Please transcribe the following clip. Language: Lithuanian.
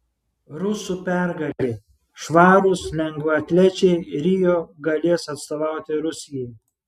rusų pergalė švarūs lengvaatlečiai rio galės atstovauti rusijai